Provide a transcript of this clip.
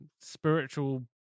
spiritual